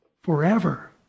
forever